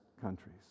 countries